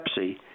Pepsi